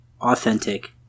authentic